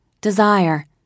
desire